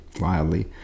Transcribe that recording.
wildly